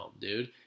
dude